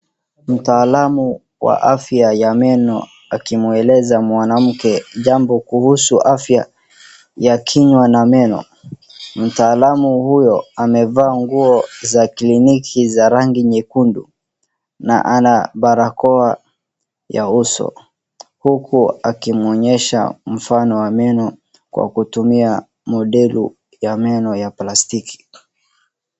Mtaalamu wa afa ya meno akimueleza mwanamke jambo kuhusu afya ya kinywa na meno . Mtaalamu huyo amevaa nguo za kliniki za utaalamu za rangi nyekundu na ana barakoa ya uso .Huku akimuonyesha mfano wa meno akitumia modeli ya meno ya plastici.